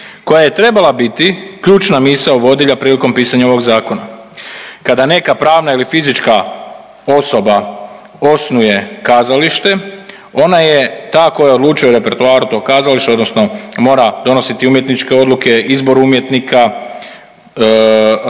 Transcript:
koja je trebala biti ključna misao vodilja prilikom pisanja ovog Zakona. Kada neka pravna ili fizička osoba osnuje kazalište, ona je ta koja odlučuje o repertoaru tog kazališta, odnosno mora donositi umjetničke odluke, izbor umjetnika koji